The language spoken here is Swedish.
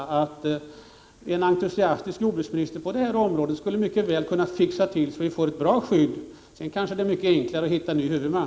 En på detta område entusiastisk jordbruksminister skulle mycket väl kunna se till att vi får ett bra skydd. Sedan är det kanske mycket enklare att hitta en ny huvudman.